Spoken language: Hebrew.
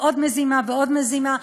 ועוד מזימה ועוד מזימה.